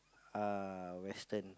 uh Western